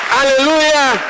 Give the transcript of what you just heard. Hallelujah